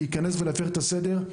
להיכנס ולהפר את הסדר,